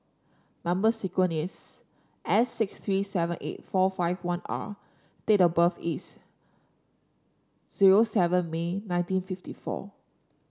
number sequence is S six three seven eight four five one R date of birth is zero seven May nineteen fifty four